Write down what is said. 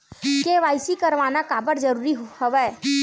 KYC करवाना काबर जरूरी हवय?